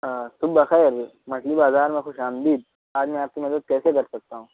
ہاں صبح بخیر مچھلی بازار میں خوش آمدید آج میں آپ کی مدد کیسے کر سکتا ہوں